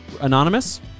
anonymous